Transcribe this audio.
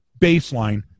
baseline